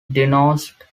denounced